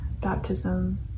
Baptism